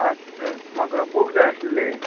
आं तें म्हाका बूक जाय आसलें